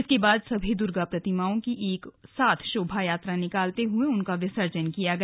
इसके बाद सभी दुर्गा प्रतिमाओं की एक साथ शोभा यात्रा निकालते हुए उनका विसर्जन किया गया